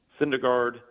Syndergaard